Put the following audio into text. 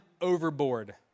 overboard